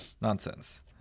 Nonsense